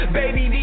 baby